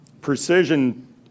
Precision